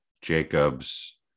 Jacobs